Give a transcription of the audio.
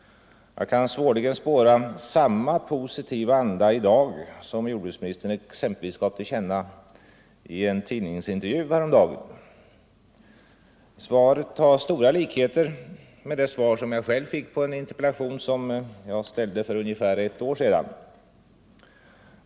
Jag kan svårligen spåra samma positiva anda i dag som jordbruksministern exempelvis gav till känna i en tidningsintervju häromdagen. Svaret har stora likheter med det svar som jag själv fick på en in Nr 137 terpellation som jag ställde för ungefär ett år sedan.